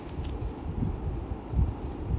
obviously even was